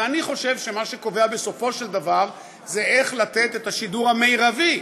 ואני חושב שמה שקובע בסופו של דבר זה איך לתת את השידור המרבי